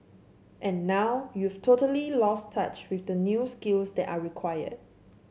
and now you've totally lost touch with the new skills that are required